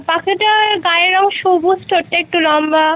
পাখিটার গায়ের রঙ সবুজ ঠোঁটটা একটু লম্বা